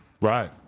Right